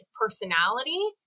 personality